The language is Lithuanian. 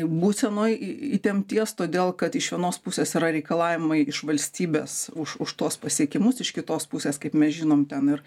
būsenoj įtempties todėl kad iš vienos pusės yra reikalavimai iš valstybės už už tuos pasiekimus iš kitos pusės kaip mes žinom ten ir